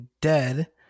dead